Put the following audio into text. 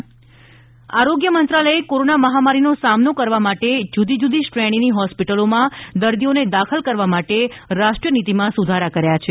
આરોગ્ય મંત્રાલય કોવિડ નીતી આરોગ્ય મંત્રાલયે કોરોના મહામારીનો સામનો કરવા માટે જુદી જુદી શ્રેણીની હોસ્પિટલોમાં દર્દીઓને દાખલ કરવા માટે રાષ્ટ્રીય નીતીમાં સુધારા કર્યા છે